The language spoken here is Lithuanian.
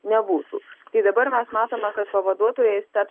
nebūtų tai dabar mes matome kad pavaduotojais taps